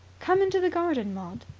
come into the garden, maud,